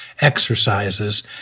exercises